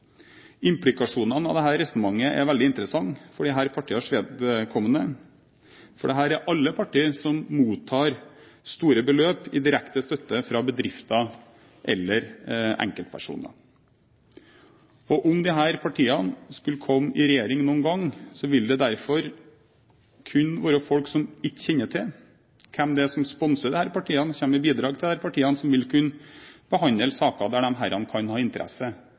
Implikasjonene av dette resonnementet er veldig interessante for disse partienes vedkommende, for dette er alle partier som mottar store beløp i direkte støtte fra bedrifter eller enkeltpersoner. Om disse partiene noen gang skulle komme i regjering, så vil det derfor kun være folk som ikke kjenner til hvem det er som sponser disse partiene, som kommer med bidrag til disse partiene, som vil kunne behandle saker der disse kan ha interesse,